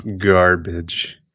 garbage